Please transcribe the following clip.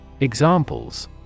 Examples